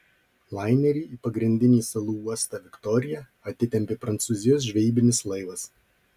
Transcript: lainerį į pagrindinį salų uostą viktoriją atitempė prancūzijos žvejybinis laivas